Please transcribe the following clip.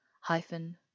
hyphen